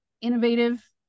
innovative